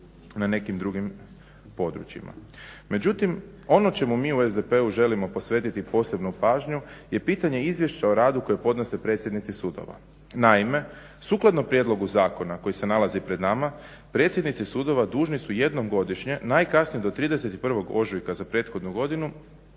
na nekim drugim područjima. Međutim ono o čemu mi u SDP-u želimo posvetiti posebnu pažnju je pitanje izvješća o radu koje podnose predsjednici sudova. Naime, sukladno prijedlogu zakona koji se nalazi pred nama, predsjednici sudova dužni su jednom godišnje najkasnije do 31.ožujka za prethodnu godinu